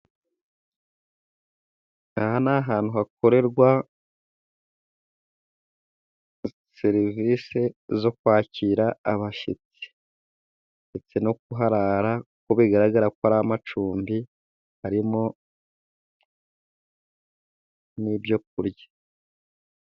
Aha ni ahantu hakorerwa serivisi zo kwakira abashyitsi, ndetse no kuharara, kuko bigaragara ko ari amacumbi harimo n'ibyo kurya.